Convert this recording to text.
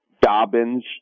Dobbins